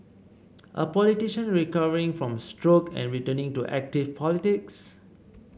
a politician recovering from stroke and returning to active politics